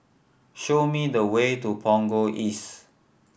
show me the way to Punggol East